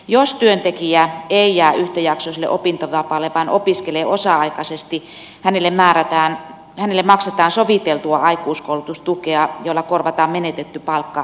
jos työntekijä ei jää yhtäjaksoiselle opintovapaalle vaan opiskelee osa aikaisesti hänelle maksetaan soviteltua aikuiskoulutustukea jolla korvataan menetetty palkka opiskelupäiviltä